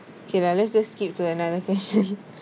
okay lah let's just skip to another question